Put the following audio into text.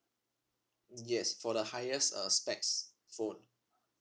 yes for the highest uh specs phone